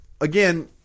Again